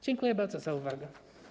Dziękuję bardzo za uwagę.